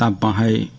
um by